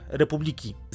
republiki